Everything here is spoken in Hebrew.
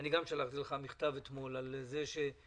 גם אני שלחתי לך מכתב אתמול על זה שגובים